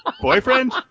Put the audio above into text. boyfriend